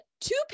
two